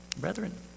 Brethren